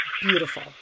Beautiful